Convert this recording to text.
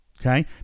Okay